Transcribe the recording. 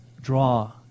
draw